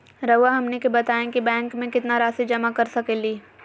रहुआ हमनी के बताएं कि बैंक में कितना रासि जमा कर सके ली?